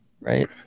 right